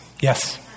Yes